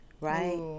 Right